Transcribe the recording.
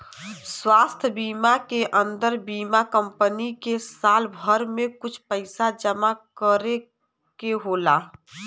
स्वास्थ बीमा के अन्दर बीमा कम्पनी के साल भर में कुछ पइसा जमा करे के होला